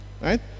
right